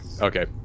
okay